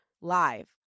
live